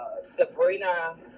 Sabrina